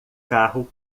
carro